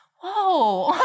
Whoa